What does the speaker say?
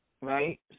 right